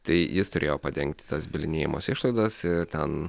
tai jis turėjo padengti tas bylinėjimosi išlaidas ir ten